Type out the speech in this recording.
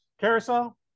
Carousel